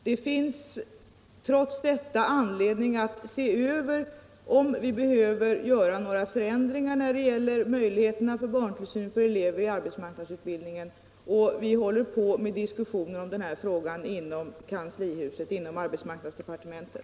Det finns, trots detta, anledning att se efter om vi behöver göra några förändringar när det gäller möjligheterna att erbjuda barntillsyn till elever i arbetsmarknadsutbildningen, och vi för diskussioner i den här frågan inom arbetsmarknadsdepartementet.